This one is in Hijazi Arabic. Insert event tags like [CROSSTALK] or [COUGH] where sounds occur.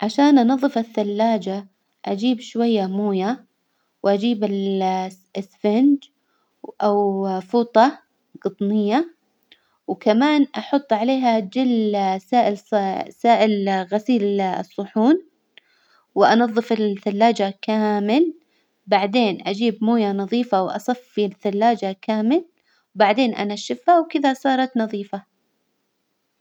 عشان أنظف الثلاجة أجيب شوية موية وأجيب ال [HESITATION] إسفنج أو فوطة جطنية، وكمان أحط عليها جل سائل- سائل غسيل الصحون وأنظف الثلاجة كامل، بعدين أجيب موية نظيفة وأصفي الثلاجة كامل، بعدين أنشفها وكذا صارت نظيفة.